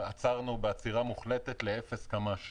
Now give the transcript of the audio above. עצרנו בעצירה מוחלטת ל-0 קמ"ש